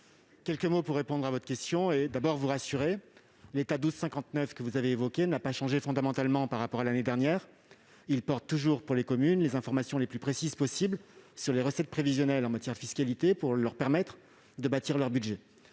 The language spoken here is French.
quelques mots pour répondre à votre question et, d'abord, pour vous rassurer : l'état 1259 n'a pas fondamentalement changé par rapport à l'année dernière et porte toujours, pour les communes, les informations les plus précises possible sur les recettes prévisionnelles en matière de fiscalité, afin de leur permettre de bâtir leur budget.